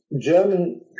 German